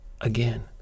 Again